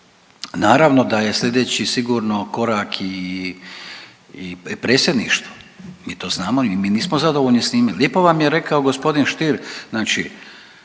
Naravno da je sljedeći sigurno korak i Predsjedništvo. Mi to znamo i mi nismo zadovoljni s njime. Lijepo vam je rekao gospodin Stier, znači